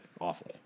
Awful